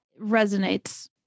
resonates